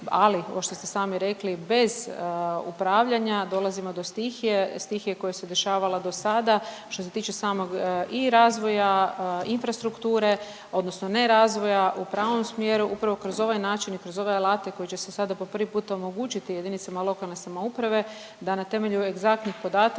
ali ovo što ste sami rekli, bez upravljanja dolazimo do stihije. Stihije koja se dešavala do sada što se tiče samog i razvoja, infrastrukture odnosno nerazvoja u pravom smjeru. Upravo kroz ovaj način i kroz ove alate koji će se sada po prvi puta omogućiti jedinicama lokalne samouprave da na temelju egzaktnih podataka